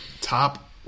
top